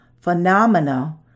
phenomena